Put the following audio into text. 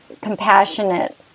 compassionate